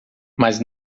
mas